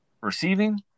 receiving